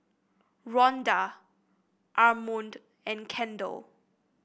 Ronda Armond and Kendell